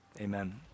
amen